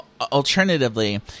alternatively